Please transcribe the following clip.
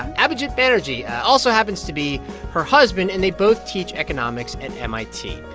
and ah abhijit banerjee also happens to be her husband. and they both teach economics and mit.